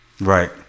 Right